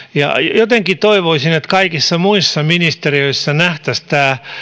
jotenkin toivoisin että kaikissa muissa ministeriöissä nähtäisiin tämä